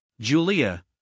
Julia